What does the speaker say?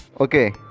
okay